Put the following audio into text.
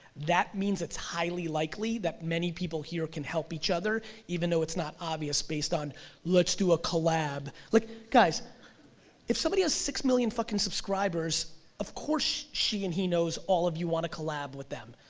that means it's highly likely that many people here can help each other even though it's not obvious based on let's do a collab, like guys is somebody has six million fucking subscribers of course she and he knows all of you wanna collab with them,